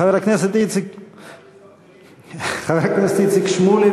חבר הכנסת איציק, להכניס, חבר הכנסת איציק שמולי,